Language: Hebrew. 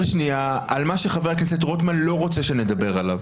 שנייה על מה שחבר הכנסת רוטמן לא רוצה שנדבר עליו,